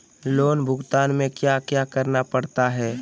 loan भुगतान में क्या क्या करना पड़ता है